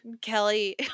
kelly